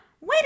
Wait